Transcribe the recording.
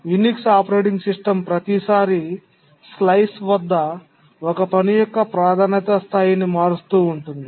Unix operating system ప్రతిసారీ slice వద్ద ఒక పని యొక్క ప్రాధాన్యత స్థాయిని మారుస్తూ ఉంటుంది